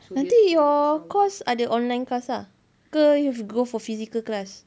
nanti your course ada online class lah ke you have go for physical class